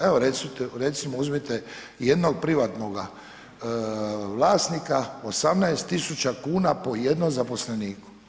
Evo recimo uzmite jednog privatnoga vlasnika, 18 tisuća kuna po jednom zaposleniku.